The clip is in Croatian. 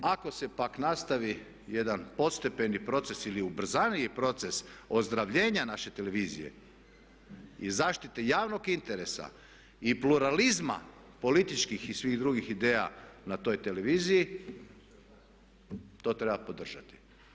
Ako se pak nastavi jedan postepeni proces ili ubrzaniji proces ozdravljenja naše televizije i zaštite javnog interesa i pluralizma političkih i svih drugih ideja na toj televiziji to treba podržati.